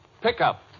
pickup